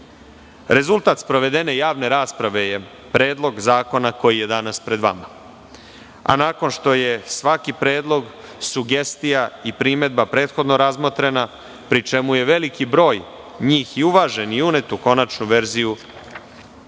sud. Rezultat sprovedene javne rasprave je predlog zakona koji je danas pred vama, a nakon što je svaki predlog, sugestija, primedba prethodno razmotrena, pri čemu je veliki broj unet u konačnu verziju